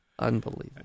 Unbelievable